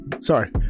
sorry